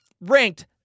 ranked